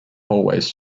hallways